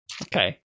Okay